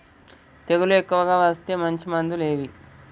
తెగులు ఎక్కువగా వస్తే మంచి మందులు ఏవి?